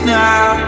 now